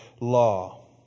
law